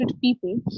people